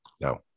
no